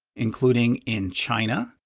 including in china,